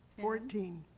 fourteen.